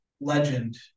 Legend